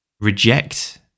reject